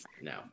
No